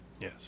Yes